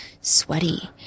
sweaty